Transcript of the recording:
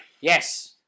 Yes